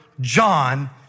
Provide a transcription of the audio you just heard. John